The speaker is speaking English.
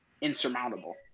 insurmountable